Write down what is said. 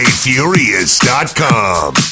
Furious.com